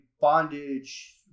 bondage